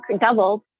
doubled